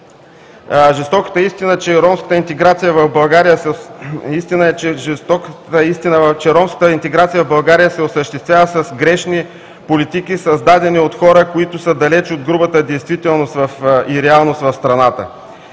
жестоката истина е, че ромската интеграция в България се осъществява с грешни политики, създадени от хора, които са далеч от грубата действителност и реалност в страната.